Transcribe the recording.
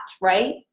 right